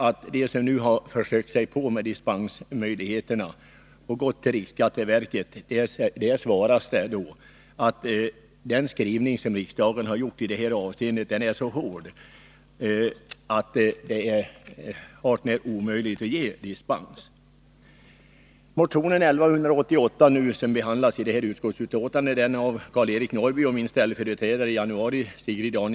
Men de människor som försökt sig på det och vänt sig till riksskatteverket har enligt uppgift bara fått till svar att riksdagens beslut i detta avseende är så utformat att det hart när är omöjligt att bevilja Motion 1188 av Karl-Eric Norrby och min ställföreträdare i januari, Sigrid Danielsson, behandlas i det här utskottsbetänkandet.